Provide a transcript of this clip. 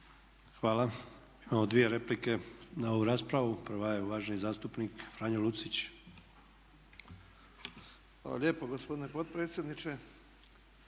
Hvala. Imamo dvije replike na ovu raspravu. Prva je uvaženi zastupniK Franjo Lucić. **Lucić, Franjo (HDZ)** Hvala lijepo gospodine potpredsjedniče.